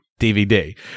DVD